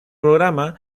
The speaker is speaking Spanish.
programa